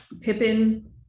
Pippin